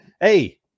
Hey